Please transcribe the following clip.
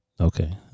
Okay